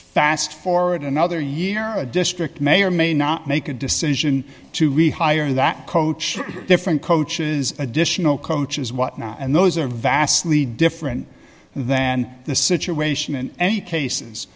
fast forward another year a district may or may not make a decision to rehire that coach different coaches additional coaches whatnot and those are vastly different than the situation in any cases